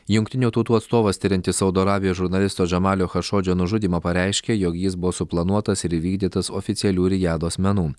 jungtinių tautų atstovas tiriantis saudo arabijos žurnalisto džamalio chašodžio nužudymą pareiškė jog jis buvo suplanuotas ir įvykdytas oficialių rijado asmenų